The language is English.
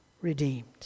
redeemed